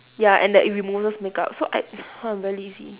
ya and that it removes makeup so I !huh! I'm very lazy